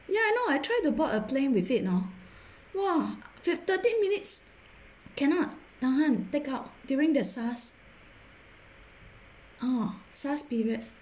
ya no I tried to board a plane with it hor !wah! thirty minutes cannot take out during the SARS ah SARS period